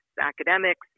academics